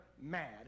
mad